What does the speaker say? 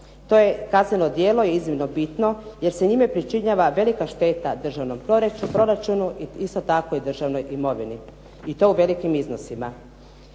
To je kazneno djelo iznimno bitno jer se njime pričinjava velika šteta državnom proračunu i isto tako i državnoj imovini i to u velikim iznosima.